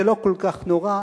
זה לא כל כך נורא.